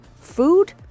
food